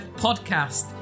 podcast